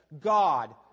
God